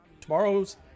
tomorrow's